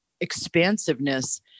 expansiveness